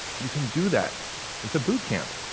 you can do that with the boot camp.